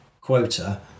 quota